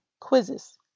quizzes